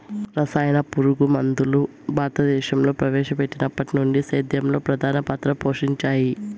రసాయన పురుగుమందులు భారతదేశంలో ప్రవేశపెట్టినప్పటి నుండి సేద్యంలో ప్రధాన పాత్ర పోషించాయి